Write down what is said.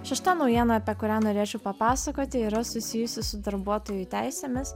šešta naujiena apie kurią norėčiau papasakoti yra susijusi su darbuotojų teisėmis